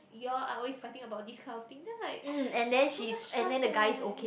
you all are always fighting about these kind of thing then like so much trust eh